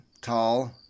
tall